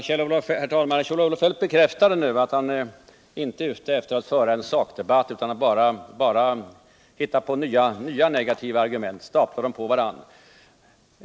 Herr talman! Kjell-Olof Feldt bekräftade nu att han inte är ute efter att föra en sakdebalt utan efter att hitta nya negativa argument och stapla dem på varandra.